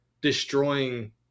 destroying